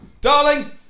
Darling